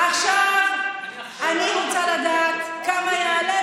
עכשיו אני רוצה לדעת כמה יעלה,